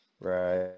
Right